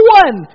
one